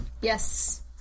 Yes